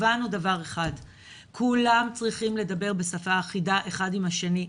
הבנו דבר אחד-כולם צריכים לדבר בשפה אחידה אחד עם השני.